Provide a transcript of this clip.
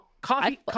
coffee